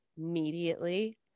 immediately